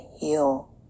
heal